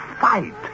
fight